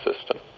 system